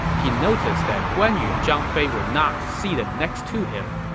he noticed that guan yu and zhang fei were not seated next to him.